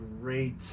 great